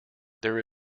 there